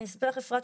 אני אספר לך אפרת,